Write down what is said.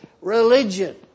religion